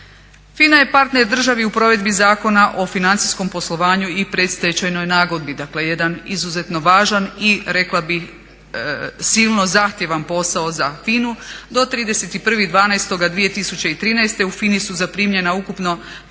FINA je partner državi u provedbi Zakona o financijskom poslovanju i predstečajnoj nagodbi, dakle jedan izuzetno važan i rekla bih silno zahtjevan posao za FINA-u, do 31. 12. 2013. u FINA-i su zaprimljena ukupno